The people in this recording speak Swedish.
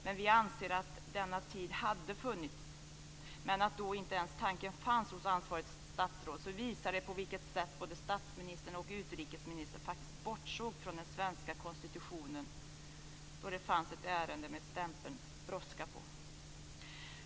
Men vi anser att denna tid hade funnits. Att inte ens tanken fanns hos ansvarigt statsråd visar på vilket sätt både statsministern och utrikesministern faktiskt bortsåg från den svenska konstitutionen, då det fanns ett ärende med stämpeln "brådska" på.